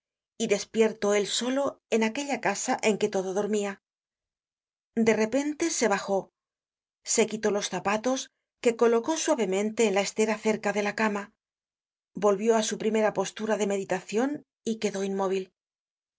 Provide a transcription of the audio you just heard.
y despierto él solo en aquella casa en que todo dormia de repente se bajó se quitó los zapatos que colocó suavemente en la estera cerca de la cama volvió á su primera postura de meditacion y quedó inmóvil